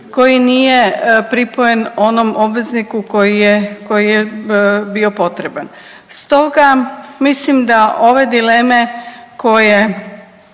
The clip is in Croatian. koji nije pripojen onom obvezniku koji je, koji je bio potreban. Stoga mislim da ove dileme koje